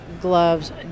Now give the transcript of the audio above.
gloves